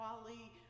Wally